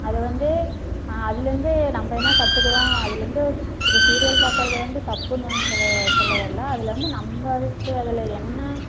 அது வந்து அதுலேருந்து நம்ம என்ன கற்றுக்கறோம் அதுலேருந்து இப்போ சீரியல் பார்க்கறது வந்து தப்புன்னு வந்து சொல்ல சொல்ல வரல அதுலேருந்து நம்மளுக்கு அதில் என்ன